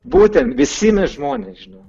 būtent visi žmonės žinok